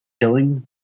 killing